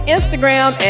Instagram